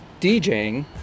DJing